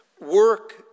Work